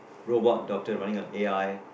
robot doctor running on A_I